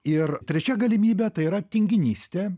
ir trečia galimybė tai yra tinginystė